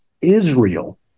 Israel